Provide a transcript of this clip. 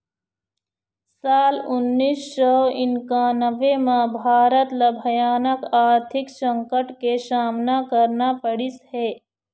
साल उन्नीस सौ इन्कानबें म भारत ल भयानक आरथिक संकट के सामना करना पड़िस हे